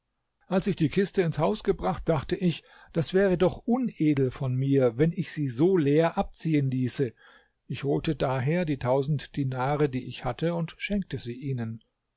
als ich die kiste ins haus gebracht dachte ich das wäre doch unedel von mir wenn ich sie so leer abziehen ließe ich holte daher die tausend dinare die ich hatte und schenkte sie ihnen